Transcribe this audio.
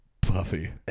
puffy